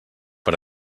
per